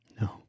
No